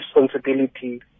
responsibility